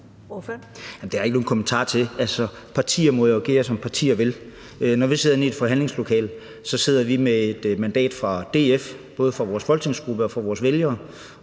har jeg ikke nogen kommentar til. Partier må jo agere, som partier vil. Når vi sidder inde i et forhandlingslokale, sidder vi med et mandat fra DF, både fra vores folketingsgruppe og fra vores vælgere,